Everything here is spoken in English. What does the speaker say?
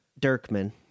Dirkman